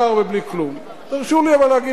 אבל תרשו לי להגיד לכם בתור חברים,